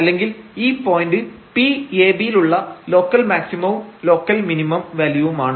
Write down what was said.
അല്ലെങ്കിൽ ഈ point P ab ലുള്ള ലോക്കൽ മാക്സിമവും ലോക്കൽ മിനിമം വാല്യൂവുമാണ്